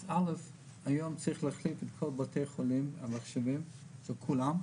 אז א' היום צריך להחליף בכל בתי החולים את המחשבים של כולם,